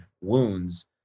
wounds